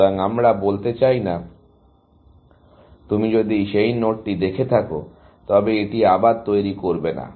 সুতরাং আমরা বলতে চাই না তুমি যদি সেই নোডটি দেখে থাকো তবে এটি আবার তৈরি করবে না